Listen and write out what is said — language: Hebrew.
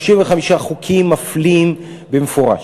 35 חוקים מפלים במפורש.